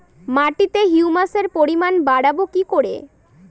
মাটিতে হিউমাসের পরিমাণ বারবো কি করে?